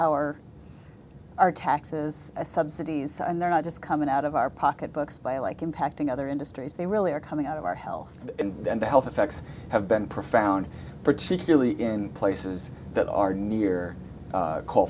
our our taxes as subsidies and they're not just coming out of our pocketbooks by like impacting other industries they really are coming out of our health and the health effects have been profound particularly in places that are near